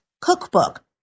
Cookbook